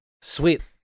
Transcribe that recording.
sweet